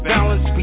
balance